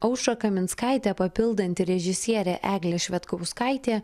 aušrą kaminskaitę papildanti režisierė eglė švedkauskaitė